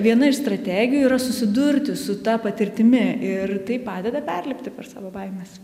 viena iš strategijų yra susidurti su ta patirtimi ir tai padeda perlipti per savo baimes